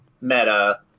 meta